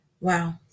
Wow